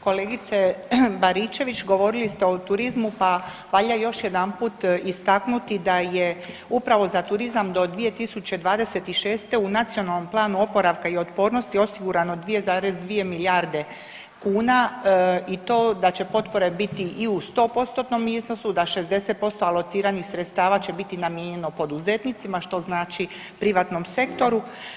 Kolegice Baričević govorili ste o turizmu, pa valja još jedanput istaknuti da je upravo za turizam do 2026. u Nacionalnom planu oporavka i otpornosti osigurano 2,2 milijarde kuna i to da će potpore biti i u 100%-tnom iznosu, da 60% alociranih sredstava će biti namijenjeno poduzetnicima što znači privatnom sektoru.